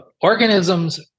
organisms